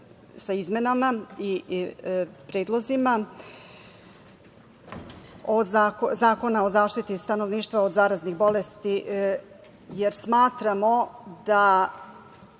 sa izmenama i predlozima Zakona o zaštiti stanovništva od zaraznih bolesti jer smatramo da